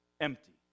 empty